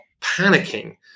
panicking